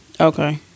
Okay